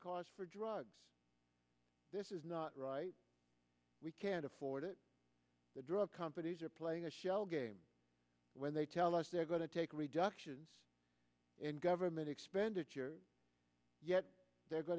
because for drugs this is not right we can't afford it the drug companies are playing a shell game when they tell us they're going to take reductions in government expenditure yet they're going